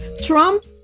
Trump